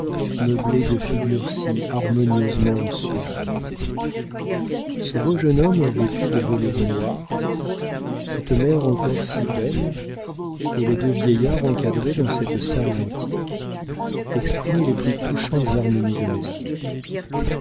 meublé de figures si harmonieusement suaves ce beau jeune homme vêtu de velours noir cette mère encore si belle et les deux vieillards encadrés dans cette salle antique exprimaient les plus touchantes harmonies domestiques